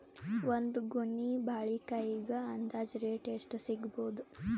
ಒಂದ್ ಗೊನಿ ಬಾಳೆಕಾಯಿಗ ಅಂದಾಜ ರೇಟ್ ಎಷ್ಟು ಸಿಗಬೋದ?